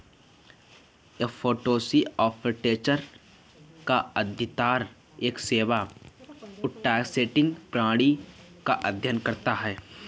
F two C architecture पर आधारित एक सेवा आउटसोर्सिंग प्रणाली का अध्ययन करता है